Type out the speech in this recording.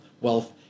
wealth